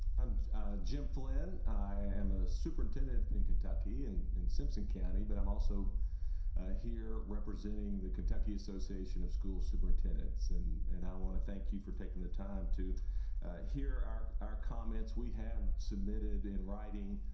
i'm jim flynn i am a superintendent in kentucky and in simpson county but i'm also here representing the kentucky association of school superintendents and and i want to thank you for taking the time to hear our our comments we have submitted in writing